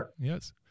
yes